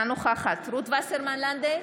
אינה נוכחת רות וסרמן לנדה,